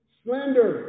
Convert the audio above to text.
slander